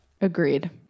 Agreed